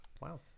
Wow